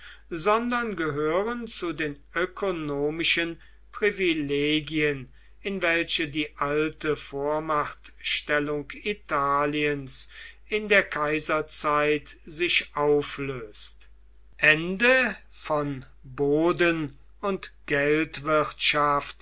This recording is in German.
sondern gehören zu den ökonomischen privilegien in welche die alte vormachtstellung italiens in der kaiserzeit sich auflöst und